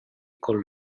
col